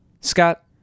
Scott